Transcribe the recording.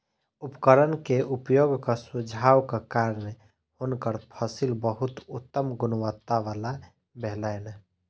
उपकरण के उपयोगक सुझावक कारणेँ हुनकर फसिल बहुत उत्तम गुणवत्ता वला भेलैन